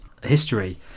history